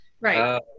Right